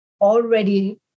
already